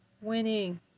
winning